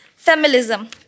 Feminism